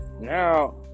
now